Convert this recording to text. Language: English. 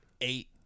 eight